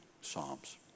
Psalms